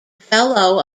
fellow